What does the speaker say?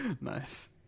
Nice